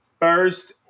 First